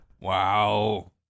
Wow